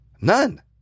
None